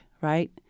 right